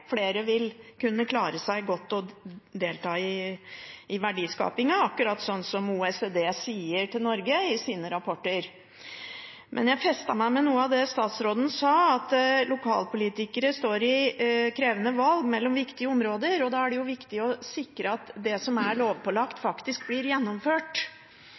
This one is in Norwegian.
Flere vil kunne klare seg godt og delta i verdiskapingen, akkurat som OECD sier til Norge i sine rapporter. Men jeg festet meg med noe av det statsråden sa, at lokalpolitikere står i krevende valg mellom viktige områder. Da er det viktig å sikre at det som er lovpålagt, faktisk blir gjennomført.